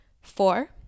four